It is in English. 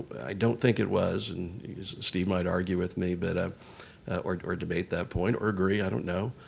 i don't think it was, and steve might argue with me, but, ah or or debate that point or agree. i don't know.